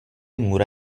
mura